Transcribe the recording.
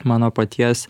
mano paties